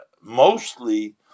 mostly